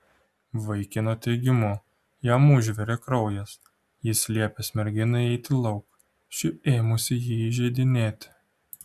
vaikino teigimu jam užvirė kraujas jis liepęs merginai eiti lauk ši ėmusi jį įžeidinėti